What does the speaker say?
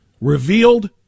revealed